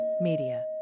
Media